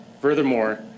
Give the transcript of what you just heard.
furthermore